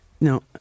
No